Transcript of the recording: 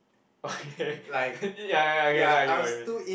okay ya ya ya okay then I get what you mean